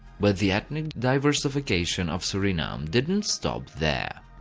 but the ethnic diversification of suriname didn't stop there.